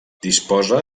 disposa